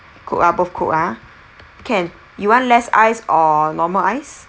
coke ah both coke ah can you want less ice or normal ice